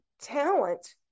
talent